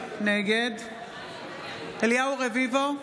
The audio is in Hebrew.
נגד אליהו רביבו,